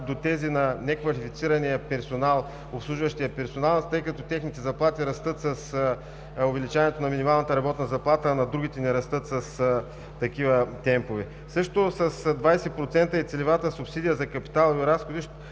до тези на неквалифицирания, обслужващия персонал, чиито заплати растат с увеличаването на минималната работна заплата, а на другите не растат с такива темпове. Също с 20% е целевата субсидия за капиталови разходи.